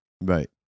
right